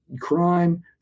crime